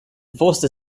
forster